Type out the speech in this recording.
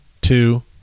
two